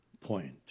point